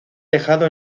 dejado